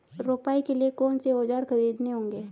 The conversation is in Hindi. रोपाई के लिए कौन से औज़ार खरीदने होंगे?